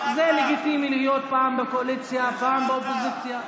זה לגיטימי להיות פעם בקואליציה ופעם באופוזיציה.